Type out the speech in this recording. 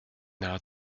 naher